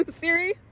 Siri